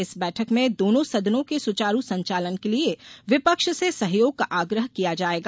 इस बैठक में दोनों सदनों के सुचारू संचालन के लिए विपक्ष से सहयोग का आग्रह किया जायेगा